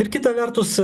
ir kita vertus